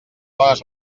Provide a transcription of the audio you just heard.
bones